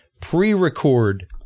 pre-record